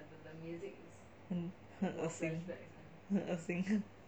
很恶心很恶心